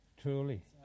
Truly